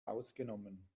ausgenommen